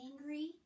angry